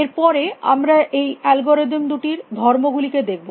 এর পরে আমরা এই অ্যালগরিদম দুটির ধর্ম গুলিকে দেখব